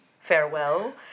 farewell